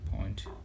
point